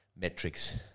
metrics